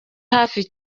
hafi